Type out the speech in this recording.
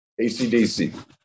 ACDC